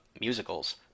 musicals